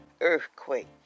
earthquake